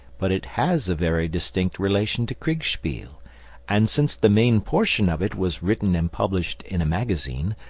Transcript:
but it has a very distinct relation to kriegspiel and since the main portion of it was written and published in a magazine,